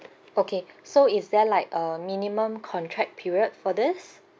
okay so is there like a minimum contract period for this